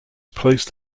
placed